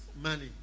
money